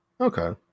Okay